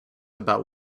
about